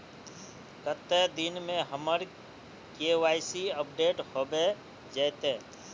कते दिन में हमर के.वाई.सी अपडेट होबे जयते?